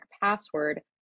password